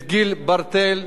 גיל ברטל,